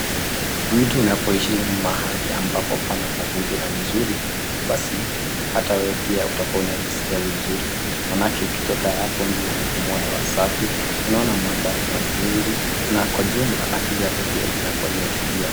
Mtu unapoishi mahali ambapo pana mazingira mazuri basi hata wewe pia utakuwa unajiskia vizuri maanake ukitoka hapo nje unapumua hewa safi, unaona mandhari mazuri na kwa jumla akili yako itakuwa imetulia.